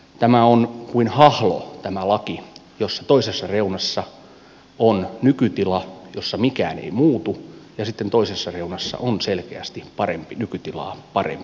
tämä laki on kuin hahlo jossa toisessa reunassa on nykytila jossa mikään ei muutu ja sitten toisessa reunassa on selkeästi nykytilaa parempi tilanne